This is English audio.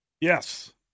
Yes